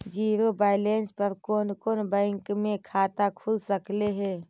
Zero balance पर कोन कोन बैंक में खाता खुल सकले हे?